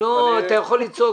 אתה יכול לצעוק.